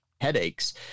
headaches